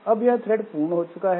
अब यह थ्रेड पूर्ण हो चूका है